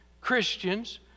Christians